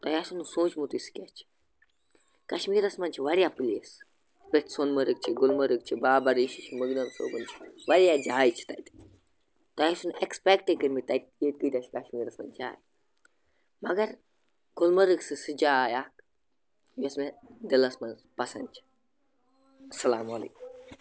تۄہہِ آسوٕ نہٕ سوٗنٛچمُتُے سُہ کیٛاہ چھِ کَشمیٖرَس منٛز چھِ واریاہ پُلیس یِتھٕ پٲٹھۍ سۄنہٕ مَرٕگ چھِ گُلمَرٕگ چھِ بابا ریٖشی چھِ مخدوٗم صٲبُن چھِ واریاہ جاے چھِ تَتہِ تۄہہِ آسوٕ نہٕ ایٚکٕسپیٚکٹے کٔرمٕتۍ تَتہِ ییٚتہِ کٲتیٛاہ چھِ کَشمیٖرَس منٛز جاے مگر گُلمرگ چھِ سُہ جاے اَکھ یۄس مےٚ دِلَس منٛز پَسنٛد چھِ اَسلامُ علیکُم